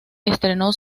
estrenó